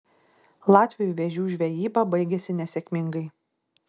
latviui vėžių žvejyba baigėsi nesėkmingai